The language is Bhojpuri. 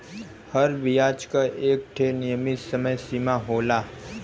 हर बियाज क एक ठे नियमित समय सीमा होला